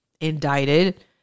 indicted